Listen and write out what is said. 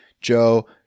joe